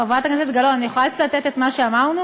חברת הכנסת גלאון, אני יכולה לצטט את מה שאמרנו?